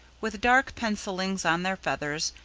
with dark pencillings on their feathers,